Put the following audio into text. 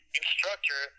instructor